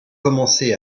commencé